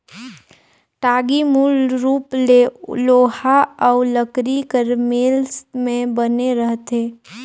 टागी मूल रूप ले लोहा अउ लकरी कर मेल मे बने रहथे